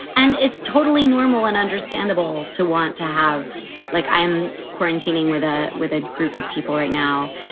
and it's totally normal and understandable to want to have like i'm quarantining with ah with a group of people right now.